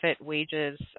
wages